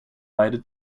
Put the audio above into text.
beide